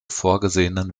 vorgesehenen